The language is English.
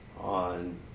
on